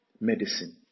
medicine